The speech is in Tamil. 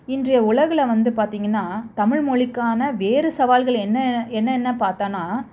இன்றைய உலகில் வந்து பார்த்தீங்கன்னா தமிழ்மொழிக்கான வேறு சவால்கள் என்ன என்னென்ன பார்த்தோன்னா